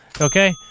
Okay